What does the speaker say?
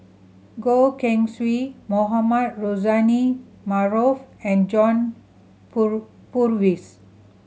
Goh Keng Swee Mohamed Rozani Maarof and John Poor Purvis